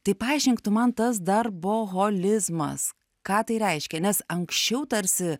tai paaiškink tu man tas darboholizmas ką tai reiškia nes anksčiau tarsi